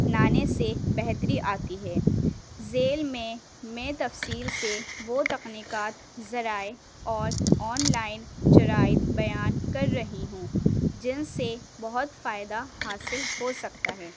اپنانے سے بہتری آتی ہے ذیل میں میں تفصیل سے وہ تکنیکات ذرائع اور آن لائن ذرائع بیان کر رہی ہوں جن سے بہت فائدہ حاصل ہو سکتا ہے